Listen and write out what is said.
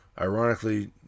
Ironically